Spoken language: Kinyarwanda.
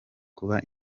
kuba